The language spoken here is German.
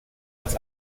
als